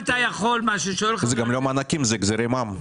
וזה גם לא מענקים, זה החזרי מע"מ.